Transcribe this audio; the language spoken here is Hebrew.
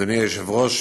אדוני היושב-ראש,